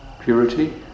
purity